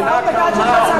אדוני ראש הממשלה,